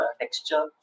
texture